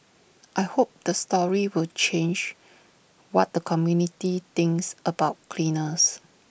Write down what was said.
I hope the story will change what the community thinks about cleaners